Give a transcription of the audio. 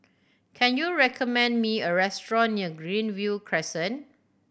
can you recommend me a restaurant near Greenview Crescent